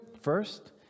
first